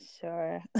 Sure